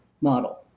model